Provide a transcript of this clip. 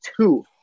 two